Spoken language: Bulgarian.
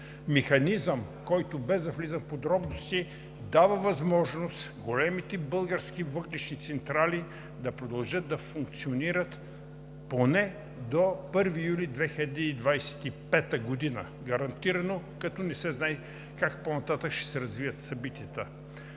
Механизъм, който, без да влизам в подробности, дава възможност големите български въглищни централи да продължат да функционират поне до 1 юли 2025 г. гарантирано, като не се знае как по-нататък ще се развиват събитията.